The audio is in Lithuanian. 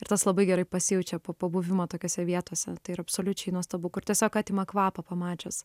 ir tas labai gerai pasijaučia po pabuvimo tokiose vietose tai yra absoliučiai nuostabu kur tiesiog atima kvapą pamačius